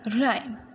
rhyme